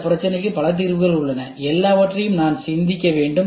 அதே பிரச்சினைக்கு பல தீர்வுகள் உள்ளன எல்லாவற்றையும் நான் சிந்திக்க வேண்டும்